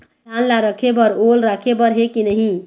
धान ला रखे बर ओल राखे बर हे कि नई?